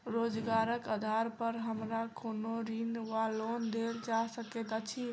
रोजगारक आधार पर हमरा कोनो ऋण वा लोन देल जा सकैत अछि?